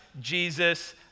Jesus